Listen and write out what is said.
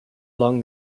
along